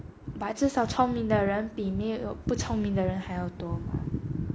but 至少聪明的人比没有不聪明的人还要多吗